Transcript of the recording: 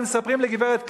ומספרים לגברת קלינטון,